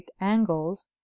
angles